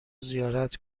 زیارت